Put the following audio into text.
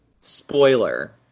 Spoiler